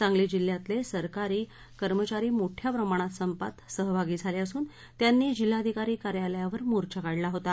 सांगली जिल्ह्यातले सरकारी कर्मचारी मोठ्या प्रमाणात संपात सहभागी झाले असून त्यांनी जिल्हाधिकारी कार्यालयावर मोर्चा काढला होता